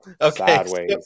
okay